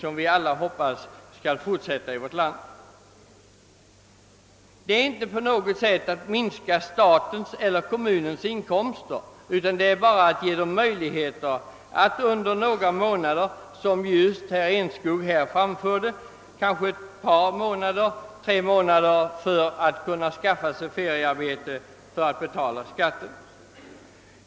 Statens eller kommunens inkomster minskas inte på något sätt genom att de studerande får ett anstånd, utan detta underlättar endast deras möjligheter att betala sin skatt genom att — som herr Enskog sade — skaffa sig ett feriearbete under ett par månader.